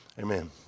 Amen